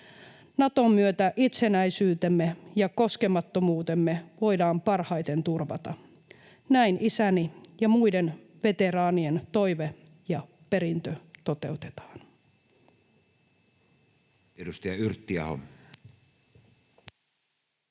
Naton myötä itsenäisyytemme ja koskemattomuutemme voidaan parhaiten turvata. Näin isäni ja muiden veteraanien toive ja perintö toteutetaan.